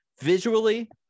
visually